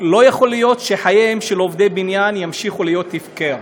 לא יכול להיות שחייהם של עובדי בניין ימשיכו להיות הפקר.